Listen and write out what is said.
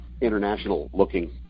international-looking